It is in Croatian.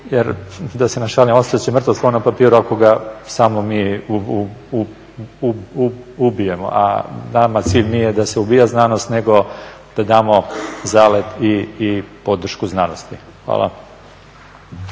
jer da se našalim ostat će mrtvo slovo na papiru ako ga samo mi ubijemo, a nama nije cilj da se ubija znanost nego da damo zalet i podršku znanosti. Hvala.